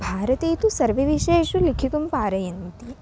भारते तु सर्वेषु विषयेषु लिखितुं पारयन्ति